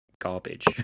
garbage